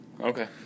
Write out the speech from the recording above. Okay